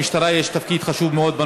לכן למשטרה יש תפקיד חשוב מאוד.